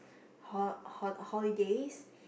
ho~ ho~ holidays